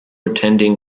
attending